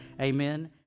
Amen